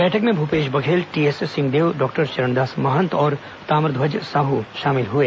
बैठक में भूपेश बघेल टीएस सिंहदेव डॉक्टर चरणदास महंत और ताम्रध्वज साहू शामिल हुए